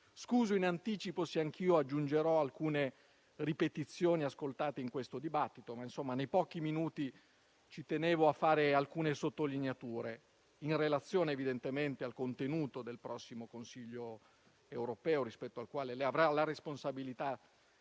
scuso in anticipo se anch'io aggiungerò alcune ripetizioni ascoltate in questo dibattito. In pochi minuti ci tenevo a fare alcune sottolineature in relazione al contenuto del prossimo Consiglio europeo rispetto al quale lei avrà la responsabilità